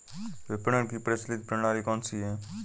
विपणन की प्रचलित प्रणाली कौनसी है?